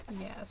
Yes